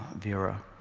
vera,